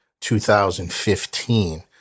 2015